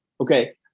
okay